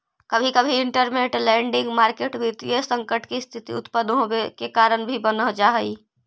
कभी कभी इंटरमेंट लैंडिंग मार्केट वित्तीय संकट के स्थिति उत्पन होवे के कारण भी बन जा हई